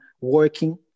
working